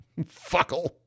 Fuckle